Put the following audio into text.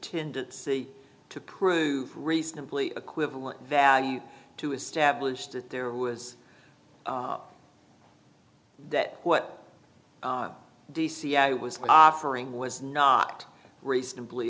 tendency to prove reasonably equivalent value to establish that there was that what d c i was offering was not reasonably